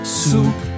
soup